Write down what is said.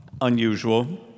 unusual